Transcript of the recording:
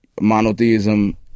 monotheism